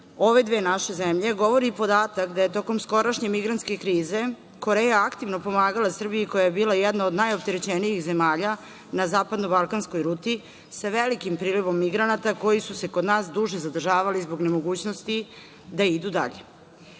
ove dve naše zemlje govori i podatak da je tokom skorašnje migrantske krize Koreja aktivno pomagala Srbiji, koja je bila jedna od najopterećenijih zemalja na zapadno-balkanskoj ruti, sa velikim prilivom migranata, koji su se kod nas duže zadržavali zbog nemogućnosti da idu dalje.